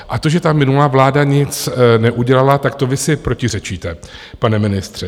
A to, že ta minulá vláda nic neudělala, tak to vy si protiřečíte, pane ministře.